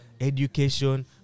education